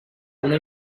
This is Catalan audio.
una